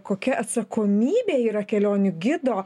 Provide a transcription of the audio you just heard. kokia atsakomybė yra kelionių gido